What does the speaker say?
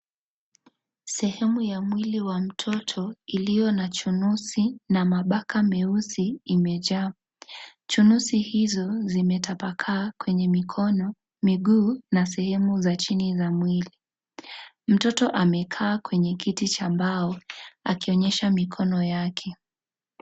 Sehemu ya mwili wa mtoto iliyo na chunusi na mabaka meusi imejaa chunusi hizo zimetapakaa kwenye mikono, miguu na sehemu za chini za mwili mtoto amekaa kwenye kiti cha mbao akionyesha mikono yake.